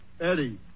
Eddie